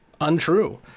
untrue